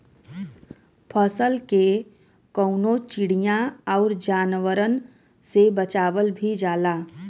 फसल के कउनो चिड़िया आउर जानवरन से बचावल भी जाला